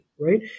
right